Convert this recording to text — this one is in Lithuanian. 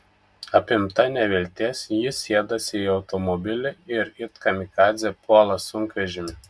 apimta nevilties ji sėdasi į automobilį ir it kamikadzė puola sunkvežimį